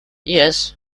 yes